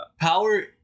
Power